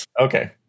okay